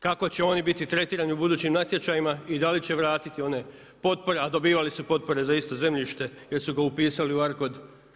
Kako će oni biti tretirani u budućim natječajima i da li će vratiti one potpore a dobivali su potpore za isto zemljište jer su ga upisali u ARKOD?